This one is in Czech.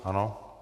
Ano.